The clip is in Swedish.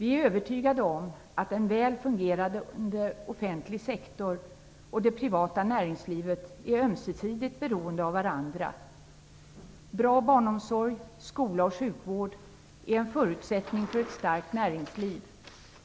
Vi är övertygade om att en väl fungerande offentlig sektor och det privata näringslivet är ömsesidigt beroende av varandra. Bra barnomsorg, skola och sjukvård är en förutsättning för ett starkt näringsliv.